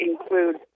include